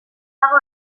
dago